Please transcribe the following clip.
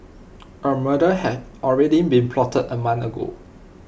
A murder had already been plotted A month ago